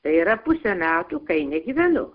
tai yra pusę metų kai negyvenu